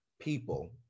people